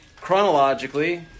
chronologically